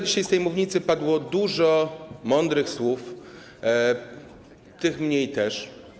Dzisiaj z tej mównicy padło dużo mądrych słów, tych mniej też.